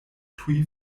tuj